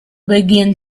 begin